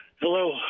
Hello